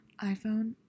iPhone